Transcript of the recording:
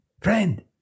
friend